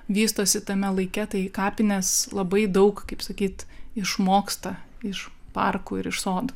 vystosi tame laike tai kapinės labai daug kaip sakyt išmoksta iš parkų ir iš sodų